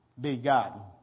begotten